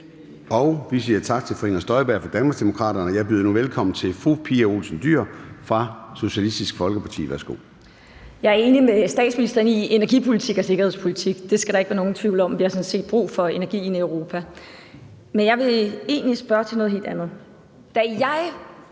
Vi siger tak til fru Inger Støjberg fra Danmarksdemokraterne. Jeg byder nu velkommen til fru Pia Olsen Dyhr fra Socialistisk Folkeparti. Værsgo. Kl. 13:13 Spm. nr. US 2 Pia Olsen Dyhr (SF): Jeg er enig med statsministeren, hvad angår energipolitik og sikkerhedspolitik; det skal der ikke være nogen tvivl om. Vi har sådan set brug for energien i Europa. Men jeg vil egentlig spørge til noget helt andet. Da jeg